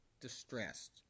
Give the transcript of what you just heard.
distressed